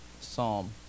Psalm